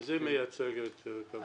מה זה מייצג את קבלני הפיגומים?